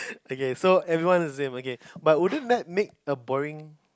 okay so everyone is the same okay but wouldn't that make a boring